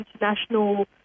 international